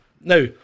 Now